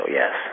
yes